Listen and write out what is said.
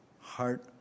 heart